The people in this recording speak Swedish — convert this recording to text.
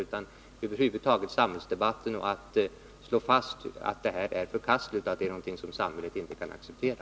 Inställningen påverkas ju av samhällsdebatten över huvud taget, och det måste slås fast att det här är något förkastligt, något som samhället inte kan acceptera.